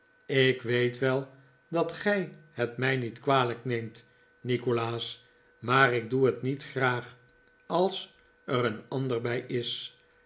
ik weet wel dat gij het mij niet kwalijk neemt nikolaas maar ik dee het niet graag als er een ander bij is